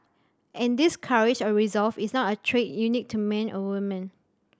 and this courage or resolve is not a trait unique to men or women